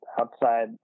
outside